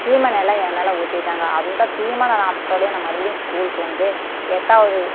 சீமை எண்ணெலாம் என் மேல் ஊற்றிட்டாங்க அந்த சீமை எண்ணெய் நாற்றத்தோடயே நான் மறுபடியும் ஸ்கூலுக்கு வந்து எட்டாவது